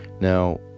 Now